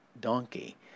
donkey